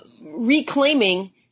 reclaiming